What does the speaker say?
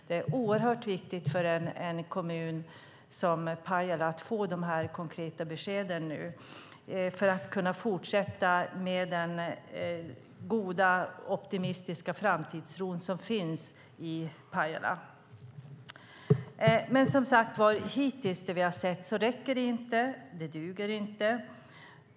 Det är oerhört viktigt för en kommun som Pajala att få sådana konkreta besked, för att kunna fortsätta med den goda, optimistiska framtidstro som finns i Pajala. Men det vi har sett hittills räcker inte. Det duger inte.